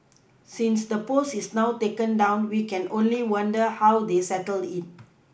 since the post is now taken down we can only wonder how they settled it